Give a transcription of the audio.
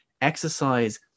exercise